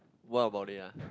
what about it ah